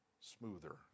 smoother